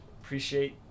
appreciate